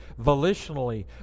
volitionally